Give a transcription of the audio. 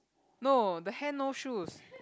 no the hand no shoes